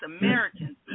Americans